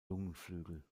lungenflügel